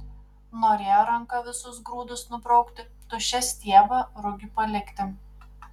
norėjo ranka visus grūdus nubraukti tuščią stiebą rugiui palikti